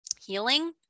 healing